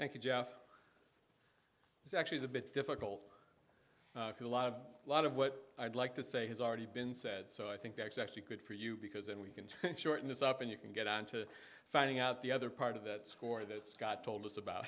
it's actually is a bit difficult because a lot of a lot of what i'd like to say has already been said so i think that it's actually good for you because and we can shorten this up and you can get on to finding out the other part of that score that scott told us about